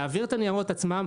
להעביר את הניירות עצמם,